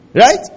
right